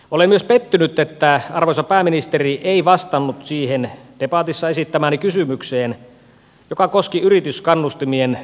olen myös pettynyt että arvoisa pääministeri ei vastannut siihen debatissa esittämääni kysymykseen joka koski yrityskannustimien rajoitteita